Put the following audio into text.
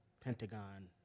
Pentagon